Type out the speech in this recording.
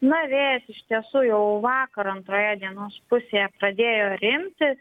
na vėjas iš tiesų jau vakar antroje dienos pusėje pradėjo rimti